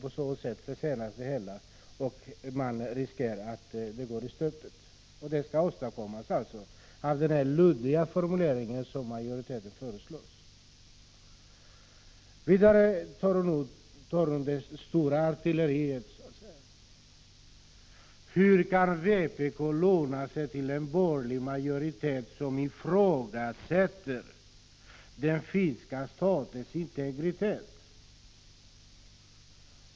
På det viset försenas det hela och man riskerar att arbetet går i stöpet. Det är alltså vad utskottsmajoritetens luddiga formulering kan åstadkomma. Sedan tar Catarina Rönnung till det stora artilleriet. Hon frågar: Hur kan vpk låna sig till att stödja en borgerlig majoritet som ifrågasätter den finska statens integritet?